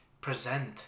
present